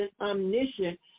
omniscient